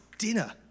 dinner